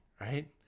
right